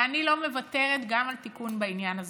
ואני לא מוותרת גם על תיקון בעניין הזה.